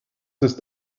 ist